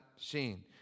seen